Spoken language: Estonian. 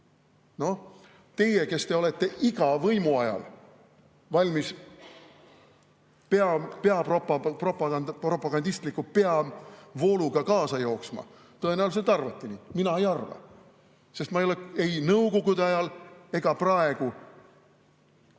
Teie, kes te olete iga võimu ajal valmis propagandistliku peavooluga kaasa jooksma, tõenäoliselt arvate nii. Mina ei arva, sest ma polnud ei nõukogude ajal ega ole